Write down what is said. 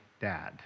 dad